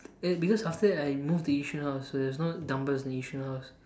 it because after that I move to Yishun house so there's no dumbbells in Yishun house